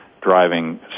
driving